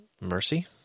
mercy